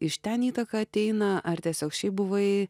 iš ten įtaka ateina ar tiesiog šiaip buvai